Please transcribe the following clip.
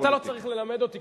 אתה לא צריך ללמד אותי.